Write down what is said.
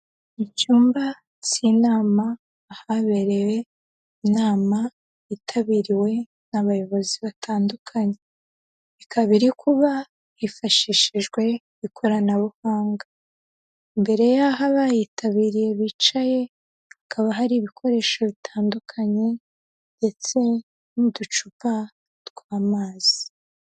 Mu cyumba cy'inama, ahabereye inama yitabiriwe n'abayobozi batandukanye, ikaba iri kuba hifashishijwe ikoranabuhanga, imbere y'aho abayitabiriye bicaye, hakaba hari ibikoresho bitandukanye ndetse n'uducupa tw'amazi.